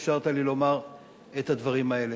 שאפשרת לי לומר את הדברים האלה.